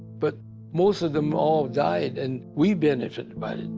but most of them all died, and we benefited by it,